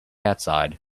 outside